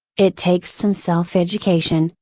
it takes some self education,